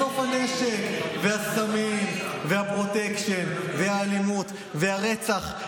בסוף הנשק והסמים והפרוטקשן והאלימות והרצח,